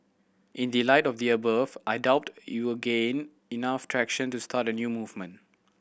in the light of the above I doubt you will gain enough traction to start a new movement